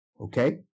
okay